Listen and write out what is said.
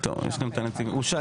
הצבעה בעד, פה אחד אושר.